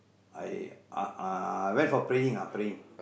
I uh uh I went for praying ah praying